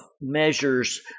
measures